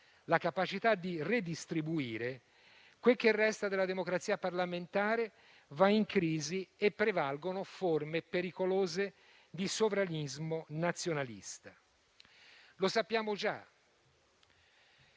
perequativa e di redistribuire, quel che resta della democrazia parlamentare va in crisi e prevalgono forme pericolose di sovranismo nazionalista. Lo sappiamo già: